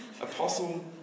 Apostle